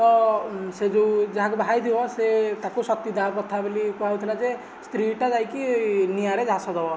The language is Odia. ତ ସେ ଯେଉଁ ଯାହାକୁ ବାହା ହୋଇଥିବ ସେ ତାକୁ ସତୀଦାହ ପ୍ରଥା ବୋଲି କୁହାହେଉଥିଲା ଯେ ସ୍ତ୍ରୀ ଟା ଯାଇକି ନିଆଁରେ ଧାସ ଦେବ